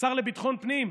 השר לביטחון פנים,